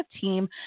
team